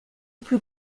plus